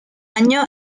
año